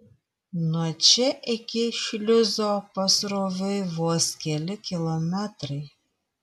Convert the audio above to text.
nuo čia iki šliuzo pasroviui vos keli kilometrai